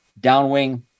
downwing